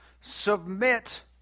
submit